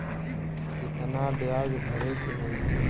कितना ब्याज भरे के होई?